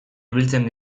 ibiltzen